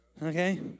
Okay